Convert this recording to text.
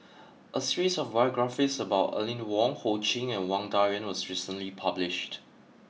a series of biographies about Aline Wong Ho Ching and Wang Dayuan was recently published